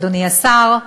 אדוני השר,